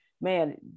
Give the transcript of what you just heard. man